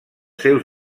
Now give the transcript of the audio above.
seus